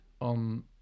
on